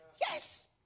Yes